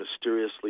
Mysteriously